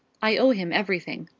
i owe him everything.